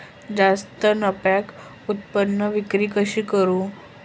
जास्त नफ्याक उत्पादन विक्री कशी करू?